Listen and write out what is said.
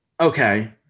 okay